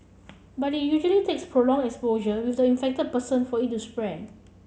but it usually takes prolong exposure with the infected person for it to spread